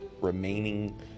remaining